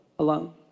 alone